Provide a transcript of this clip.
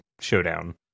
showdown